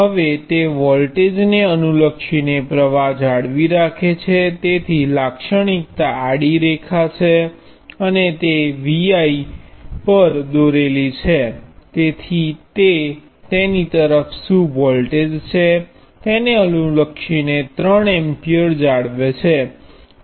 હવે તે વોલ્ટેજને અનુલક્ષીને પ્ર્વાહ જાળવી રાખે છે તેથી લાક્ષણિકતા આડી રેખા છે અને તે IV પર દોરેલી છે તેથી તે તેની તરફ શું વોલ્ટેજ છે તેને અનુલક્ષીને 3 એમ્પીયર જાળવે છે